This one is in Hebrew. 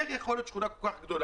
איך יכול להיות שבשכונה כל כך גדולה,